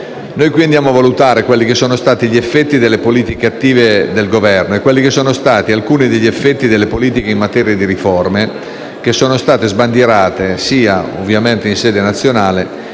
qui a valutare quali sono stati gli effetti delle politiche attive del Governo e quali alcuni degli effetti delle politiche in materia di riforme che sono state sbandierate sia, ovviamente, in sede nazionale,